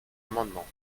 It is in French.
amendement